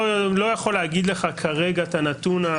לא יכול להגיד לך כרגע את הנתון.